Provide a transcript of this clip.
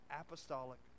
apostolic